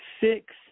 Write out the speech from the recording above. six